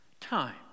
Time